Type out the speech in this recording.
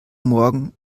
morgen